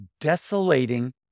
desolating